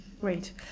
Great